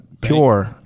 Pure